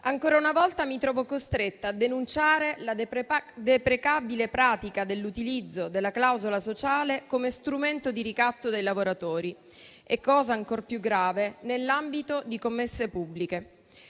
Ancora una volta mi trovo costretta a denunciare la deprecabile pratica dell'utilizzo della clausola sociale come strumento di ricatto dei lavoratori e, cosa ancor più grave, nell'ambito di commesse pubbliche.